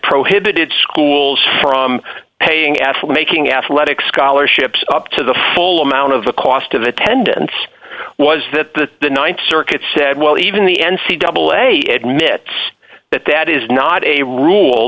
prohibited schools from paying at full making athletic scholarships up to the full amount of the cost of attendance was that the th circuit said well even the n c double a at mit's that that is not a rule